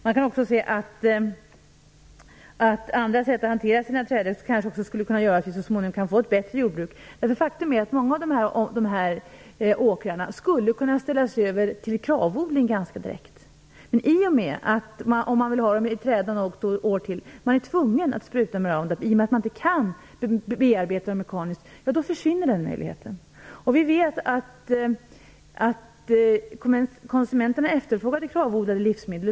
Man kan också se att andra sätt att hantera trädorna kanske också skulle göra att vi så småningom kan få ett bättre jordbruk. Faktum är att många av dessa åkrar skulle kunna ställas om till KRAV-odling ganska direkt. Men i och med att man är tvungen att spruta med Round Up om man vill ha åkrarna i träda något år till, eftersom man inte kan bearbeta dem mekaniskt, försvinner den möjligheten. Vi vet att konsumenterna efterfrågar KRAV odlade livsmedel.